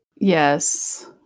Yes